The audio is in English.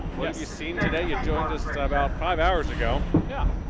what have you seen today? you joined us about five hours ago. yeah.